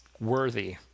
worthy